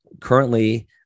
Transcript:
currently